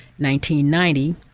1990